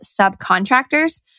subcontractors